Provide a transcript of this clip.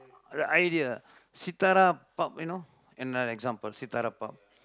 the idea Sithara pub you know another example pub